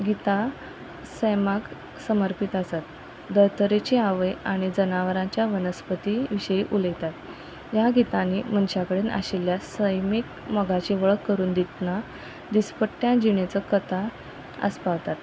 गितां सैमाक समर्पीत आसात धर्तरेची आवय आनी जनावरांच्या वनस्पती विशी उलयतात ह्या गीतांनी मनशा कडेन आशिल्ल्या सैमीक मोगाची वळख करून दितना दिसपट्ट्या जिणेचो कथा आसपावतात